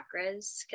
chakras